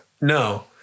No